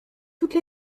toutes